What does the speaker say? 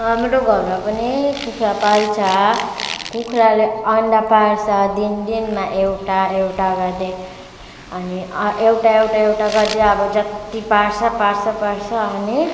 हाम्रो घरमा पनि कुखुरा पाल्छ कुखुराले अन्डा पार्छ दिन दिनमा एउटा एउटा गर्दै अनि एउटा एउटा एउटा गर्दै अब जत्ति पार्छ पार्छ पार्छ अनि